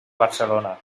barcelona